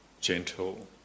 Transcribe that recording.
gentle